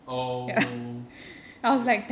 oh shit